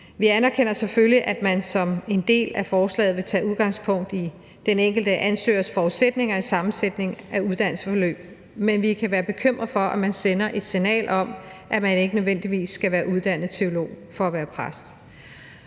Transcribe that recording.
Vi anerkender selvfølgelig, at man som en del af forslaget vil tage udgangspunkt i den enkelte ansøgers forudsætninger i sammensætningen af uddannelsesforløb, men vi kan være bekymrede for, at man sender et signal om, at man ikke nødvendigvis skal være uddannet teolog for at være præst.